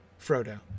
Frodo